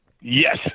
Yes